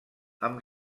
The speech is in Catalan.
amb